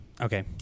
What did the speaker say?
Okay